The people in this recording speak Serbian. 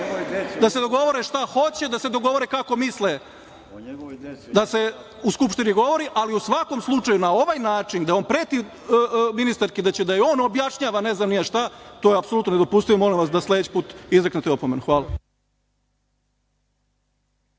neka se dogovore šta hoće, da se dogovore kako misle da se u Skupštini govori. Ali, u svakom slučaju na ovaj način da on preti ministarki da će on da joj objašnjava ne znam ni ja šta, to je apsolutno nedopustivo, molim vas da sledeći put izreknete opomenu. Hvala.